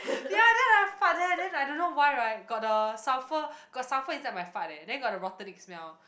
ya then I fart there then I don't know why right got the sulphur got sulphur inside my fart eh then got the rottening smell